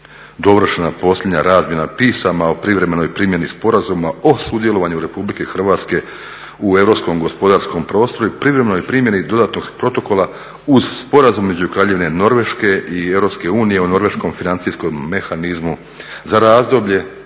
dovršena posljednja razmjena pisama o privremenoj primjeni Sporazuma o sudjelovanju RH u europskom gospodarskom prostoru i privremenoj primjeni dodatnog protokola uz sporazum između Kraljevine Norveške i EU o norveškom financijskom mehanizmu za razdoblje